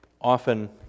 often